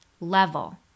level